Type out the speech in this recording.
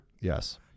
Yes